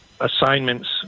assignments